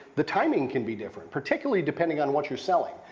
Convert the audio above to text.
the timing can be different, particularly depending on what you're selling.